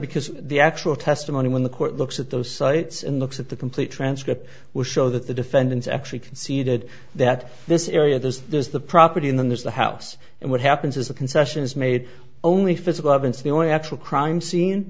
because the actual testimony when the court looks at those sites and looks at the complete transcript will show that the defendants actually conceded that this eerie or this is the property in this the house and what happens is the concessions made only physical evidence the only actual crime scene